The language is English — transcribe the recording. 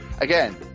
again